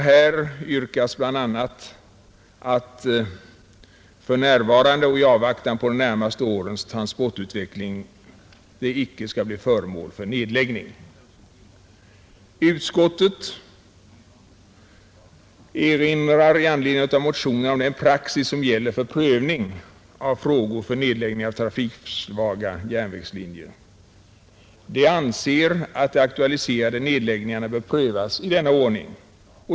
Här yrkas bl.a. att den för närvarande och i avvaktan på de närmaste årens transportutveckling icke skall bli föremål för nedläggning. Utskottet erinrar med anledning av motionerna om den praxis som gäller för prövning av frågor om nedläggning av trafiksvaga järnvägslinjer. Man anser att de aktualiserade nedläggningarna bör prövas i denna ordning.